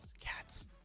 Cats